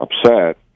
upset